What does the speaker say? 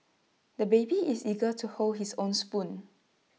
the baby is eager to hold his own spoon